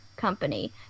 company